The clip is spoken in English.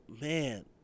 man